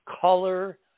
color